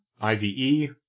I-V-E